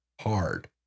hard